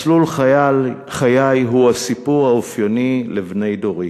מסלול חיי הוא הסיפור האופייני לבני דורי.